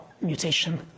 mutation